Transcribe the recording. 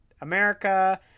America